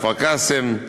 כפר-קאסם,